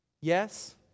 Yes